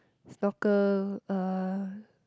snorkel uh